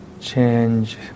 change